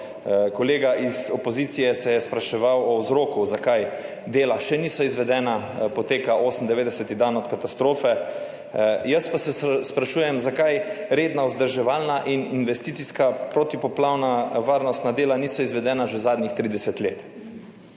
Kolega iz opozicije se je spraševal o vzroku, zakaj dela še niso izvedena, poteka 98. dan od katastrofe, jaz pa se sprašujem, zakaj redna vzdrževanja 18. TRAK (VI) 13.25 (nadaljevanje) in investicijska protipoplavna varnostna dela niso izvedena že zadnjih 30 let.